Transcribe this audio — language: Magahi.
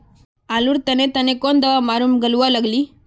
आलूर तने तने कौन दावा मारूम गालुवा लगली?